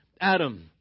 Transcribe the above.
Adam